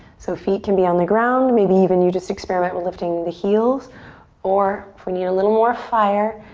so feet can be on the ground. maybe even you just experiment with lifting the heels or if we need a little more fire,